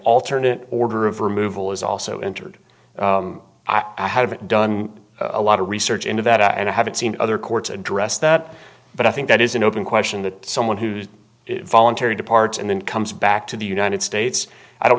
alternate order of removal is also entered i haven't done a lot of research into that i haven't seen other courts address that but i think that is an open question that someone who's voluntary departs and then comes back to the united states i don't